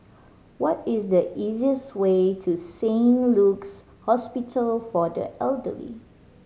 what is the easiest way to Saint Luke's Hospital for the Elderly